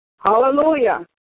Hallelujah